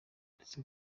uretse